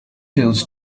pills